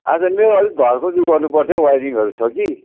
अच्छा मेरो अलिक घरको त्यो गर्नु पर्थ्यो हौ वाइरिङहरू छ कि